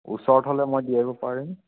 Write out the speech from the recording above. ওচৰত হ'লে মই দি আহিব পৰিম